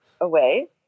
away